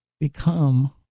become